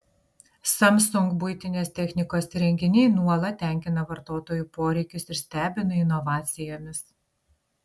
samsung buitinės technikos įrenginiai nuolat tenkina vartotojų poreikius ir stebina inovacijomis